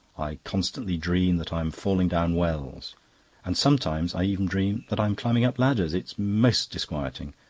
i constantly dream that i'm falling down wells and sometimes i even dream that i'm climbing up ladders. it's most disquieting.